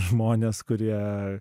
žmonės kurie